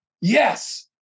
Yes